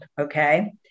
Okay